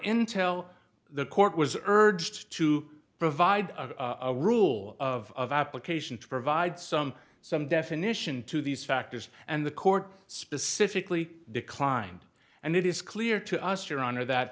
intel the court was urged to provide a rule of application to provide some some definition to these factors and the court specifically declined and it is clear to us your honor that